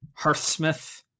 Hearthsmith